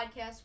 Podcast